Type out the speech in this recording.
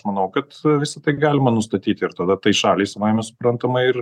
manau kad visa tai galima nustatyti ir tada tai šaliai savaime suprantama ir